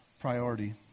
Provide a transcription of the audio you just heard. priority